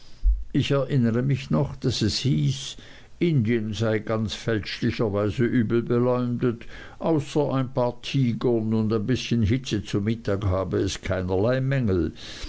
ich erinnere mich noch daß es hieß indien sei ganz fälschlicherweise übel beleumundet außer ein paar tigern und ein bißchen hitze zu mittag habe es keinerlei mängel